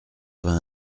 vingt